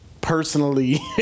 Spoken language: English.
personally